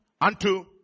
unto